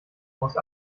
muss